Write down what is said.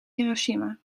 hiroshima